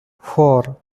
four